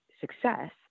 success